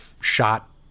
shot